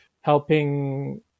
helping